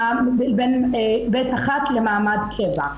בין ב-1 למעמד קבע.